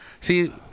See